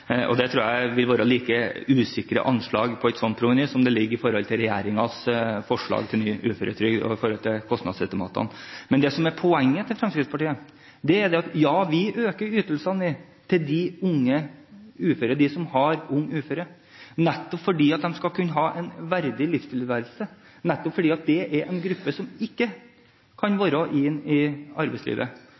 tror det ville være like usikre anslag på et slikt proveny som det som ligger i regjeringens forslag til ny uføretrygd og i forhold til kostnadsestimatene. Det som er poenget til Fremskrittspartiet, er at vi øker ytelsene til de unge uføre nettopp fordi de skal kunne ha en verdig livstilværelse, for det er en gruppe som ikke kan være i arbeidslivet, og som ikke har noen arbeidsreserve og kan kombinere trygd og arbeid i